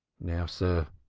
now, sir,